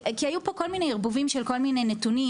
כי היו פה כל מיני ערבובים של כל מיני נתונים,